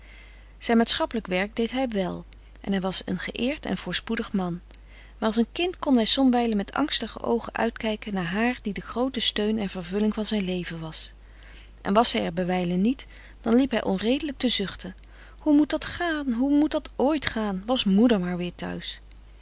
zijn maatschappelijk werk deed hij wèl en hij was een geëerd en voorspoedig man maar als een kind kon hij somwijlen met angstige oogen uitkijken naar haar die de groote steun en vervulling van zijn leven was en was zij er bijwijlen niet dan liep hij onredelijk te zuchten hoe moet dat gaan hoe moet dat ooit gaan was moeder maar weer thuis